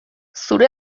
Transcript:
zure